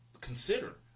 consider